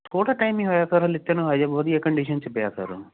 ਥੋੜਾ ਟਾਈਮ ਈ ਹੋਇਆ ਸਰ ਲਿੱਤੇ ਨੂੰ ਹਜੇ ਵਧੀਆ ਕੰਡੀਸ਼ਨ 'ਚ ਪਿਆ ਸਰ